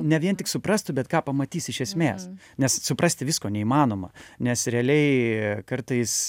ne vien tik suprastų bet ką pamatys iš esmės nes suprasti visko neįmanoma nes realiai kartais